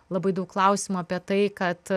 labai daug klausimų apie tai kad